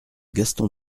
gaston